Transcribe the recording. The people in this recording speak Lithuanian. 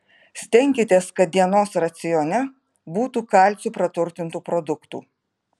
stenkitės kad dienos racione būtų kalciu praturtintų produktų